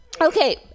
okay